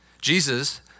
Jesus